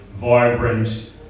vibrant